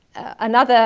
another